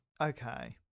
Okay